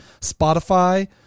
Spotify